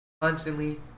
constantly